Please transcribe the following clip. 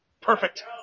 perfect